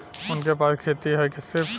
उनके पास खेती हैं सिर्फ